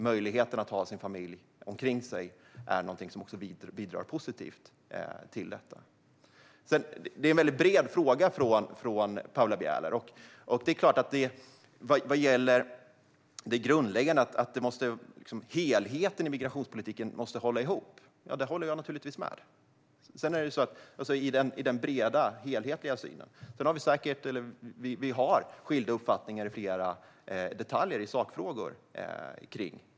Möjligheten att ha sin familj omkring sig är något som bidrar positivt till detta. Paula Bielers fråga är bred. Jag håller givetvis med om att helheten i migrationspolitiken måste hålla ihop. Vi har dock skilda uppfattningar i flera detaljer i sakfrågorna.